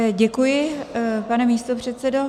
Děkuji, pane místopředsedo.